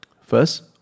First